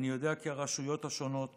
אני יודע כי הרשויות השונות